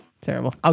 Terrible